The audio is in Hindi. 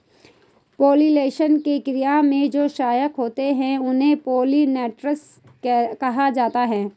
पॉलिनेशन की क्रिया में जो सहायक होते हैं उन्हें पोलिनेटर्स कहा जाता है